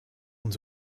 und